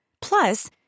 Plus